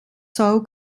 soil